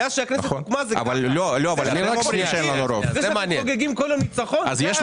זה שאתם חוגגים בכל יום ניצחון, זה חריג.